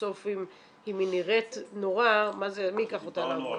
בסוף אם היא נראית נורא מי ייקח אותה לעבוד.